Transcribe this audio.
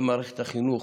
גם במערכת החינוך,